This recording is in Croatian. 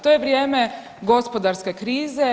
To je vrijeme gospodarske krize.